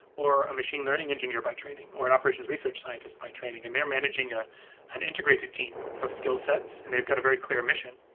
or a machine learning engineer by training, or an operations research scientist by training and they're managing ah an integrated team of skillsets and they've got a very clear mission.